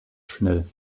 schnell